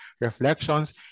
reflections